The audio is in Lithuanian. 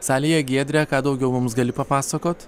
salėje giedre ką daugiau mums gali papasakot